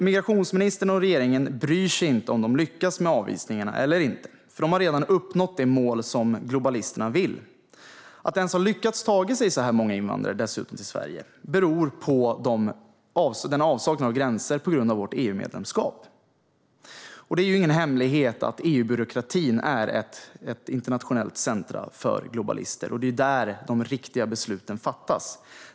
Migrationsministern och regeringen bryr sig inte om de lyckas med avvisningarna eller inte, för de har redan uppnått det mål som globalisterna vill uppnå. Att det ens har lyckats ta sig så många invandrare till Sverige beror på avsaknaden av gränser, som beror på vårt EU-medlemskap. Det är ingen hemlighet att EU-byråkratin är ett internationellt centrum för globalister och att det är där som de riktiga besluten fattas.